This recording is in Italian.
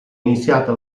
iniziata